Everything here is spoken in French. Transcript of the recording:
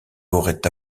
auraient